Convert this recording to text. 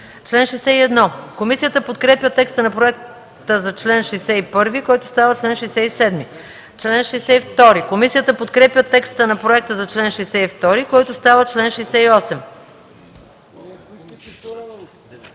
МАНОЛОВА: Комисията подкрепя текста на проекта за чл. 60, който става чл. 66. Комисията подкрепя текста на проекта за чл. 61, който става чл. 67. Комисията подкрепя текста на проекта за чл. 62, който става чл. 68.